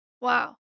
wow